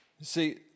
See